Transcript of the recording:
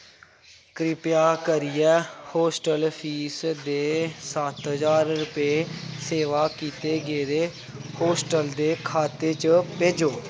कृपा करियै hostel fees दे सत्त ज्हार रपेऽ सेवा कीत्ते गेदे होस्टल दे खाते च भेजो